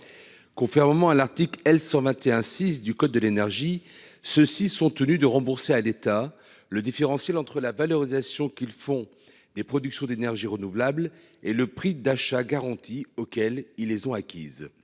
un moment à l'article L 121 6 du code de l'énergie, ceux-ci sont tenus de rembourser à l'État le différentiel entre la valorisation qu'ils font des production d'énergies renouvelables et le prix d'achat garanti auquel ils les ont acquises.